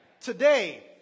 Today